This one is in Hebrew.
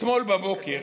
אתמול בבוקר